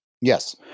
yes